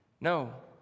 No